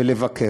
ולבקר.